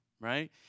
right